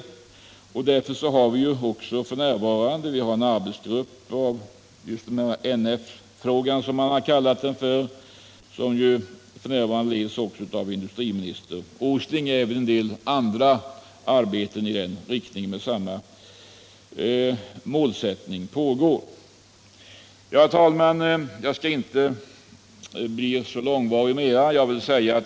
I det syftet har vi ju f.n. en arbetsgrupp, MNF-gruppen, som leds av industriminister Åsling. Även en del andra arbeten med samma inriktning och målsättning pågår. Herr talman! Jag skall inte bli så långvarig.